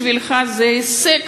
בשבילך זה הישג,